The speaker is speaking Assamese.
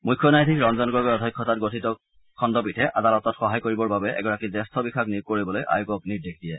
মুখ্য ন্যায়াধীশ ৰঞ্জন গগৈৰ অধ্যক্ষতাত গঠিত খণ্ডপীঠে আদালতক সহায় কৰিবৰ বাবে এগৰাকী জ্যেষ্ঠ বিষয়াক নিয়োগ কৰিবলৈ আয়োগক নিৰ্দেশ দিয়ে